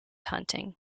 hunting